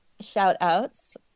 shout-outs